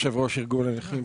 יושב-ראש ארגון הנכים,